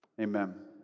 Amen